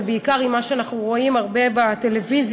ובעיקר לפי מה שאנחנו רואים הרבה בטלוויזיה,